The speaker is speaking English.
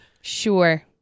Sure